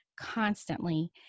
constantly